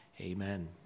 Amen